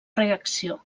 reacció